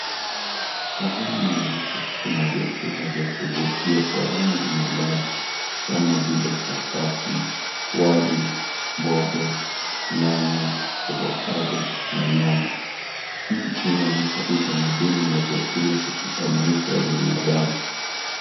Sahani nyeupe ina vyakula vya kuvutia vya rangi na ladha kama vile chapati, wali, mboga, nyanya, avocado na nyama. Hii inaonyesha utamaduni wa vyakula katika maisha ya binadamu.